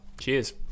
cheers